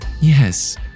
Yes